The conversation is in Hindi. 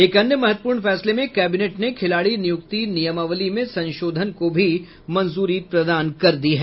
एक अन्य महत्वपूर्ण फैसले में कैबिनेट ने खिलाड़ी नियुक्ति नियमावली में संशोधन को भी मंजूरी प्रदान कर दी है